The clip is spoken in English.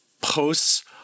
posts